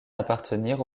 appartenir